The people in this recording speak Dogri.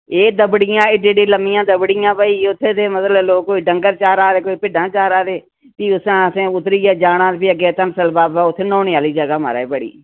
एह् दब्बडियां एह्डी एह्डी लम्मियां दब्बडियां भाई उत्थै ते मतलब लोक कोई डंगर चारा दा ते कोई भिड्डां चारा दे फ्ही असें उत्थैं उतरियै जाना ते फ्ही अग्गें धनसर बाबा उत्थैं न्होने आह्ली जगह् महाराज बड़ी